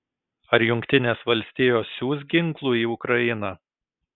ar jungtinės valstijos siųs ginklų į ukrainą